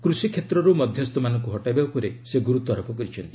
କୃଷି କ୍ଷେତ୍ରରୁ ମଧ୍ୟସ୍କୁ ହଟାଇବା ଉପରେ ସେ ଗୁରୁତ୍ୱାରୋପ କରିଛନ୍ତି